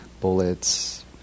bullets